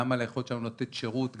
גם על היכולת שלנו לתת שירות,